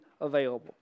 available